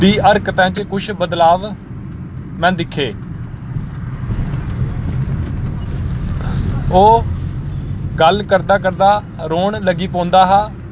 दी हरकतां च कुछ बदलाव में दिक्खे ओह् गल्ल करदा करदा रोन लगी पौंदा हा